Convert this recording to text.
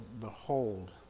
Behold